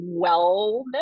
wellness